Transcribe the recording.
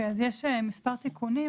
יש מספר תיקונים.